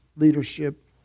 leadership